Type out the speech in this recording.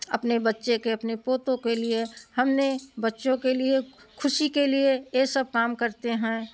अपने बच्चे के अपने पोतों के लिए हमने बच्चों के लिए ख़ुशी के लिए ए सब काम करते हैं